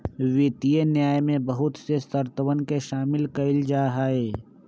वित्तीय न्याय में बहुत से शर्तवन के शामिल कइल जाहई